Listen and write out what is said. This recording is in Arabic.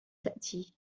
تأتي